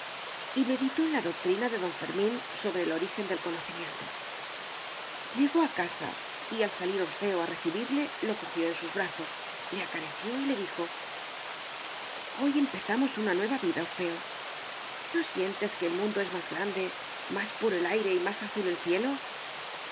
meditó en la doctrina de don fermín sobre el origen del conocimiento llegó a casa y al salir orfeo a recibirle lo cojió en sus brazos le acarició y le dijo hoy empezamos una nueva vida orfeo no sientes que el mundo es más grande más puro el aire y más azul el cielo